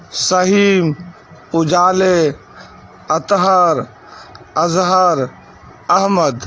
Suhaim Ujale Athar Azhar Ahmad